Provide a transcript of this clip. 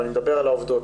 ואני מדבר על העובדות,